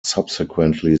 subsequently